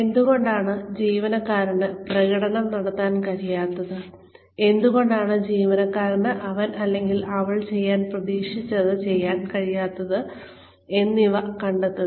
എന്തുകൊണ്ടാണ് ജീവനക്കാരന് പ്രകടനം നടത്താൻ കഴിയാത്തത് എന്തുകൊണ്ടാണ് ജീവനക്കാരന് അവൻ അല്ലെങ്കിൽ അവൾ ചെയ്യാൻ പ്രതീക്ഷിച്ചത് ചെയ്യാൻ കഴിയാത്തത് എന്നിവ കണ്ടെത്തുക